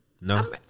No